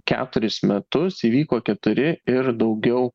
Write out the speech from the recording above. keturis metus įvyko keturi ir daugiau